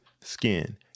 skin